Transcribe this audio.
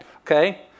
Okay